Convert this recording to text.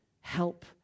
help